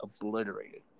obliterated